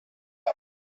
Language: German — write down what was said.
ein